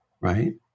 right